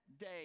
day